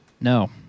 No